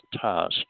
task